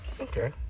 Okay